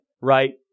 right